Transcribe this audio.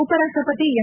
ಉಪರಾಷ್ಟ್ರಪತಿ ಎಂ